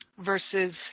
versus